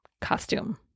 costume